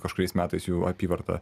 kažkuriais metais jų apyvarta